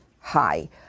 high